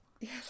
Yes